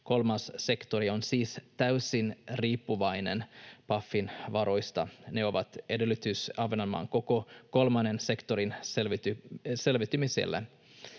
Kolmas sektori on siis täysin riippuvainen Pafin varoista. Ne ovat edellytys Ahvenanmaan koko kolmannen sektorin selviytymiselle.